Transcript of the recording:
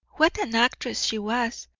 what an actress she was!